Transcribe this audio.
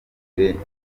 rigizwe